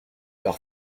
leur